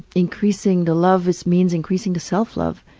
increasing the love, this means increasing the self-love.